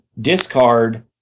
discard